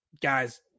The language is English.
guys